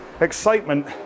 excitement